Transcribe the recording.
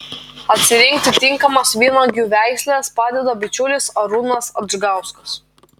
atsirinkti tinkamas vynuogių veisles padeda bičiulis arūnas adžgauskas